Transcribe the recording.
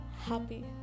happy